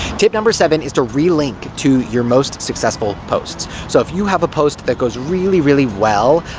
tip number seven is to relink to your most successful posts. so, if you have a post that goes really, really well,